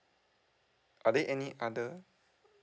are there any other